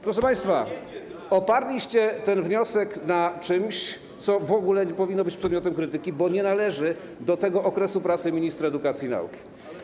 Proszę państwa, oparliście ten wniosek na czymś, co w ogóle nie powinno być przedmiotem krytyki, bo nie zawiera się w tym okresie pracy ministra edukacji i nauki.